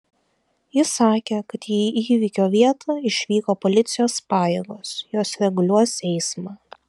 ji sakė kad į įvykio vietą išvyko policijos pajėgos jos reguliuos eismą